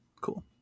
cool